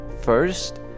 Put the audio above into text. First